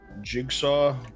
Jigsaw